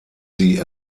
sie